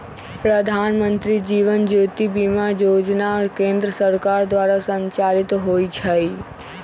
प्रधानमंत्री जीवन ज्योति बीमा जोजना केंद्र सरकार द्वारा संचालित होइ छइ